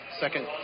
second